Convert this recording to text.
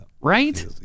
right